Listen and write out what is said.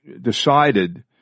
decided